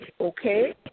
okay